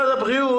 עובד,